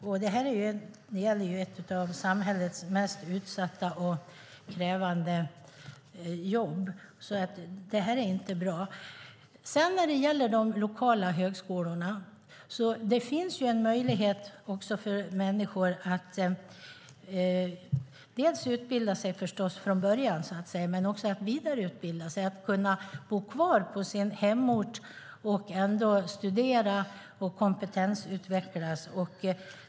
Detta gäller alltså ett av samhällets mest utsatta och krävande jobb, så det är inte bra. När det gäller de lokala högskolorna finns det en möjlighet för människor att dels utbilda sig från början, så att säga, dels att vidareutbilda sig. De kan då bo kvar på sin hemort och ändå studera och kompetensutvecklas.